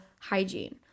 hygiene